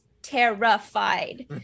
Terrified